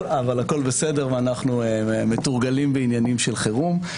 בסדר ואנחנו מתורגלים בענייני חירום.